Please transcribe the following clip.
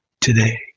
today